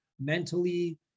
mentally